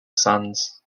sons